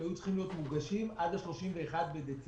הם היו צריכים להיות מוגשים עד ה-31 בדצמבר,